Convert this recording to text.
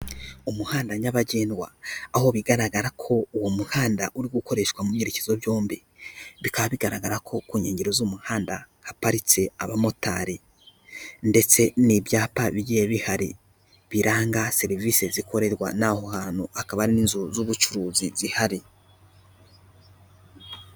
Umuhanda nyabagendwa aho bigaragara ko uwo muhanda uri gukoreshwa mu byerekezo byombi, bikaba bigaragara ko ku nkengero z'umuhanda haparitse abamotari ndetse n'ibyapa bigiye bihari biranga serivisi zikorerwa n'aho hantu, hakaba hari n'inzu z'ubucuruzi zihari.